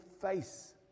face